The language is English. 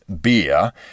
beer